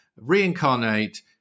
reincarnate